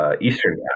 Eastern